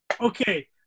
Okay